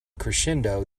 crescendo